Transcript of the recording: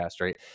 Right